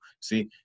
See